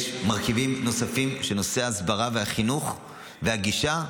יש מרכיבים נוספים בנושא ההסברה והחינוך והגישה,